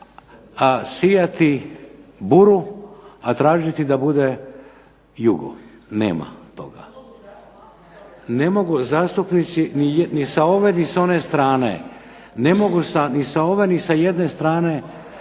sijati buru, a tražiti da bude jugo. Nema toga. Ne mogu zastupnici ni sa ove ni sa one strane, mora biti jedan